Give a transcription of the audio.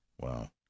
Wow